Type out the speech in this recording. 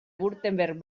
württemberg